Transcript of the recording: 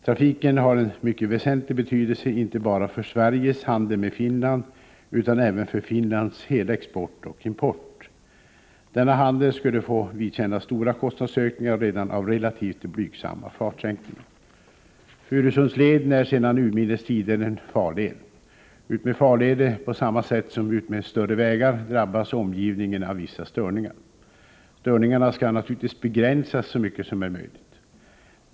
Trafiken har en mycket väsentlig betydelse, inte bara för Sveriges handel med Finland, utan även för Finlands hela export och import. Denna handel skulle få vidkännas stora kostnadsökningar redan av relativt blygsamma fartsänkningar. Furusundsleden är sedan urminnes tider en farled. Utmed farleder, på samma sätt som utmed större vägar, drabbas omgivningen av vissa störningar. Störningarna skall naturligtvis begränsas så mycket som är möjligt.